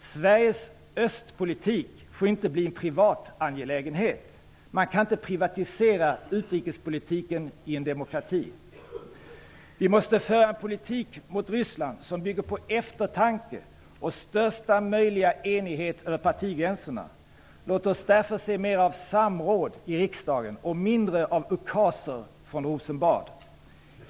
Sveriges östpolitik får inte bli en privat angelägenhet. Man kan inte privatisera utrikespolitiken i en demokrati. Vi måste föra en politik mot Ryssland som bygger på eftertanke och största möjliga enighet över partigränserna. Låt oss därför se mera av samråd i riksdagen och mindre av ukaser från Rosenbad.